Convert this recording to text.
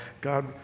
God